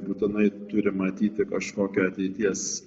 būtinai turi matyti kažkokią ateities